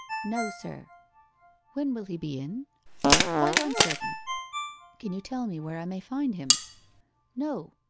no, sir when will he be in quite uncertain can you tell me where i may find him no.